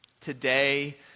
Today